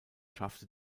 schaffte